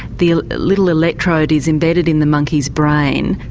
the little electrode is embedded in the monkey's brain.